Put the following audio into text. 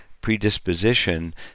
predisposition